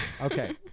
Okay